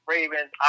Ravens